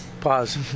pause